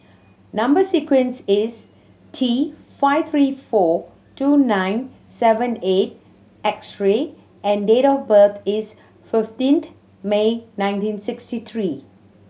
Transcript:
number sequence is T five three four two nine seven eight extra and date of birth is fifteenth May nineteen sixty three